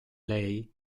lei